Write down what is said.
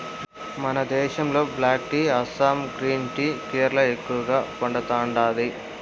మన దేశంలో black tea Assam green tea Kerala ఎక్కువగా పండతాండాది